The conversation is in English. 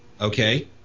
okay